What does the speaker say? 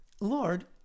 Lord